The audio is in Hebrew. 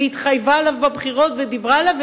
היא התחייבה עליו בבחירות ודיברה עליו,